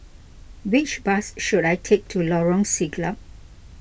which bus should I take to Lorong Siglap